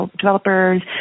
developers